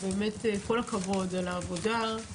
כל הכבוד על העבודה,